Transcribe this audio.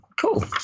cool